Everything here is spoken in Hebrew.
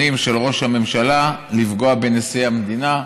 של ראש הממשלה לפגוע בנשיא המדינה,